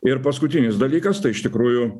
ir paskutinis dalykas tai iš tikrųjų